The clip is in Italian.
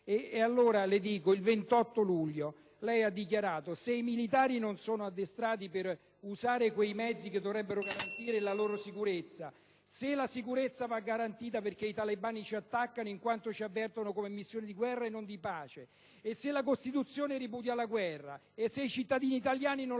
di ammettere. Se il 28 luglio lei ha anche aggiunto che i militari non sono addestrati per usare quei mezzi che dovrebbero garantire la loro sicurezza, e se la sicurezza va garantita perché i talebani ci attaccano in quanto ci avvertono come missione di guerra e non di pace, se la Costituzione ripudia la guerra, se i cittadini italiani non